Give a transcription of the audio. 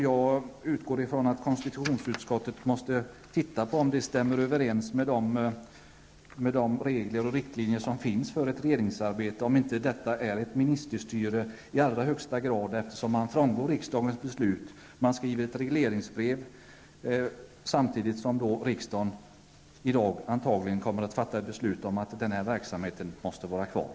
Jag utgår ifrån att konstitutionsutskottet måste titta på om regleringsbrevet stämmer överens med de regler och riktlinjer som finns för regeringsarbetet, om det inte här rör sig om ministerstyre i allra högsta grad när regeringen frångår riksdagens beslut och skriver ett regleringsbrev några dagar innan riksdagen i dag antagligen fattar beslut om att turistrådets verksamhet måste vara kvar.